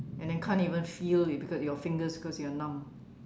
and then can't even feel you because your fingers cause you're numb